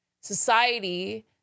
society